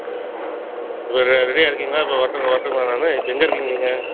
ம் ரெ ரெடியாக இருக்கீங்களா இப்போ வரட்டுங் வரட்டுங்களா நானு இப்போ எங்கே இருக்கீங்க நீங்கள்